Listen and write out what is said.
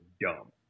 dumb